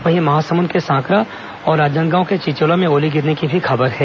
वहीं महासमुंद के सांकरा और राजनांदगांव के चिचोला में ओले गिरने की भी खबर है